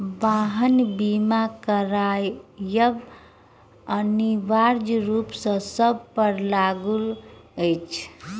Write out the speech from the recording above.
वाहन बीमा करायब अनिवार्य रूप सॅ सभ पर लागू अछि